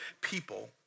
people